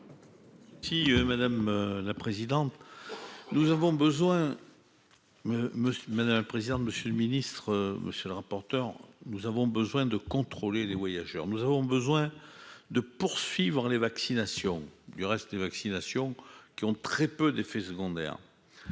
Si madame la présidente, nous avons besoin, mais monsieur, madame la présidente, monsieur le ministre, monsieur le rapporteur, nous avons besoin de contrôler les voyageurs, nous avons besoin de poursuivants les vaccinations, du reste, les vaccinations qui ont très peu d'effets secondaires